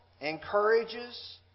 encourages